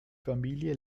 familie